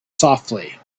softly